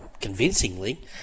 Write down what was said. convincingly